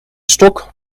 stok